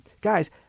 Guys